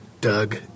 Doug